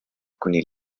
kuni